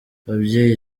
babyeyi